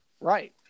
Right